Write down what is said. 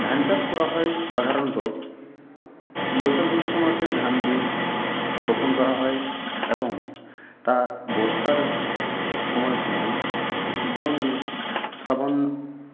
ধান চাষ করা হয় সাধারণত বৈশাখ জ্যৈষ্ঠ মাসে ধান বীজ রোপণ করা হয় এবং তা বর্ষার সময়ে সময়ে যেমন ধরুণ শ্রাবণ